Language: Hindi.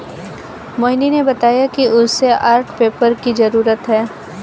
मोहिनी ने बताया कि उसे आर्ट पेपर की जरूरत है